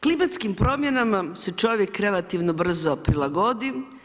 Klimatskim promjenama se čovjek relativno brzo prilagodi.